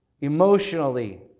emotionally